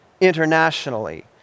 internationally